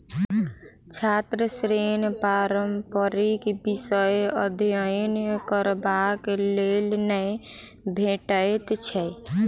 छात्र ऋण पारंपरिक विषयक अध्ययन करबाक लेल नै भेटैत छै